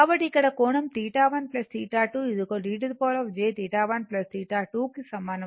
కాబట్టి ఇక్కడ కోణం θ1 θ2 e jθ11 θ2 కు సమానం